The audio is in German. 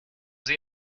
sie